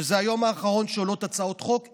שהוא היום האחרון שעולות בו הצעות חוק,